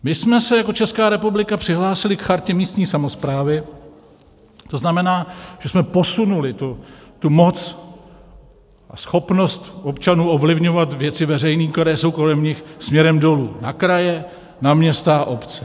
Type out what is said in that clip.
My jsme se jako Česká republika přihlásili k chartě místní samosprávy, to znamená, že jsme posunuli moc a schopnost občanů ovlivňovat věci veřejné, které jsou kolem nich, směrem dolů na kraje, na města a obce.